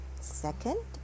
second